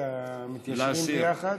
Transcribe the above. מתיישרים ביחד?